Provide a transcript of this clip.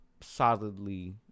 solidly